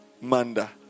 Manda